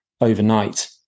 overnight